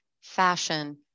fashion